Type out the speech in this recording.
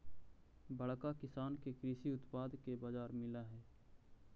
बड़का किसान के कृषि उत्पाद के बाजार मिलऽ हई